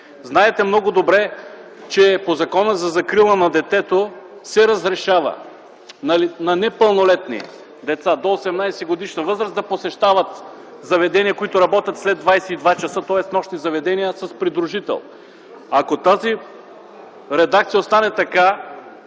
Знаете много добре, че по Закона за закрила на детето се разрешава на непълнолетни деца до 18-годишна възраст да посещават с придружител заведения, които работят след 22,00 ч., тоест нощни заведения. Ако тази редакция остане така,